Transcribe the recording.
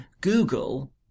google